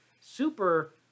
super